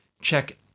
Check